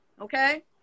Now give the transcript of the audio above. okay